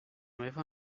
meva